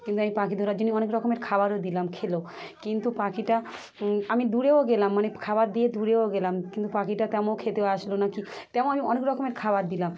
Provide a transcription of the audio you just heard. কিন্তু আমি পাখি ধরার জন্যে অনেক রকমের খাবারও দিলাম খেলো কিন্তু পাখিটা আমি দূরেও গেলাম মানে খাবার দিয়ে দূরেও গেলাম কিন্তু পাখিটা তেমন খেতেও আসলো না কি তেমন আমি অনেক রকমের খাবার দিলাম